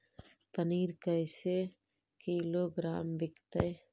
पनिर कैसे किलोग्राम विकतै?